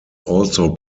also